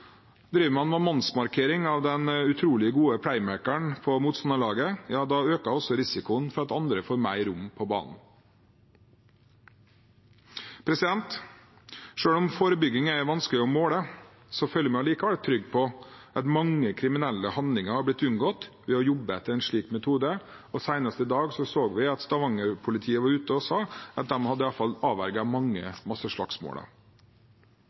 øker også risikoen for at andre får mer rom på banen. Selv om forebygging er vanskelig å måle, føler jeg meg likevel trygg på at mange kriminelle handlinger har blitt unngått ved å jobbe etter en slik metode. Senest i dag så vi at Stavanger-politiet var ute og sa at de i hvert fall hadde avverget mange